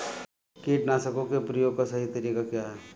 कीटनाशकों के प्रयोग का सही तरीका क्या है?